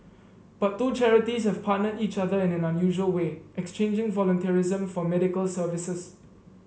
but two charities have partnered each other in an unusual way exchanging volunteerism for medical services